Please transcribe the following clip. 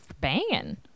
banging